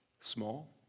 Small